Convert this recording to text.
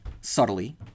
subtly